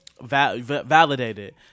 validated